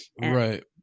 Right